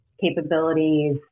capabilities